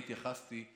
אני התייחסתי,